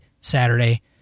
Saturday